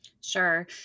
sure